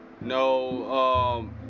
No